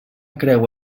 creu